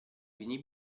vini